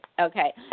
Okay